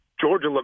Georgia